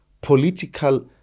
political